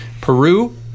Peru